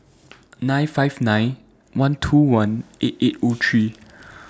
nine five nine one two one eight eight O three